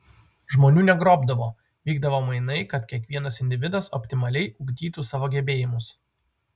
žmonių negrobdavo vykdavo mainai kad kiekvienas individas optimaliai ugdytų savo gebėjimus